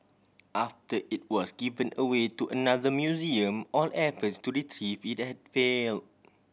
after it was given away to another museum all efforts to retrieve it had fail